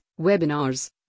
webinars